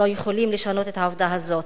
לא יכולים לשנות את העובדה הזאת.